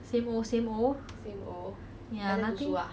same old same old